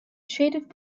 shaded